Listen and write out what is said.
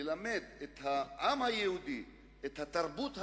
ללמד את העם היהודי את התרבות הערבית,